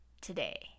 today